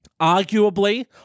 arguably